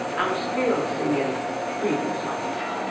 i'm still singing freedom songs,